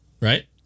right